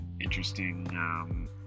interesting